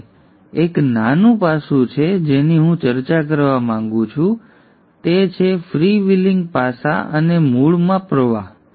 હવે એક નાનું પાસું છે જેની હું ચર્ચા કરવા માંગુ છું તે છે ફ્રીવ્હિલિંગ પાસા અને મૂળમાં પ્રવાહ